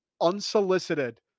unsolicited